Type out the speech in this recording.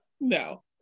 no